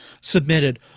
submitted